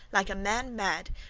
like a man mad,